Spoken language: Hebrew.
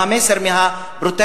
מה המסר מה"פרוטקשן",